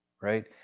right